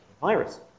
virus